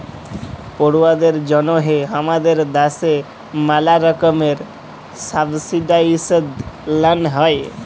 পড়ুয়াদের জন্যহে হামাদের দ্যাশে ম্যালা রকমের সাবসিডাইসদ লন হ্যয়